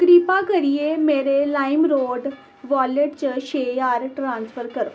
कृपा करियै मेरे लाइमरोड वालेट च छे ज्हार ट्रांसफर करो